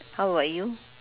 how about you